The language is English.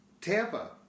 Tampa